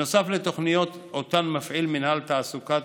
נוסף לתוכניות שאותן מפעיל מינהל תעסוקת